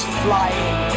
flying